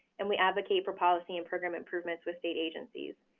and we advocate for policy and program improvements with state agencies.